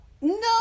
No